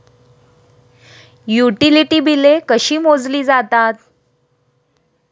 Utility बिले कशी मोजली जातात?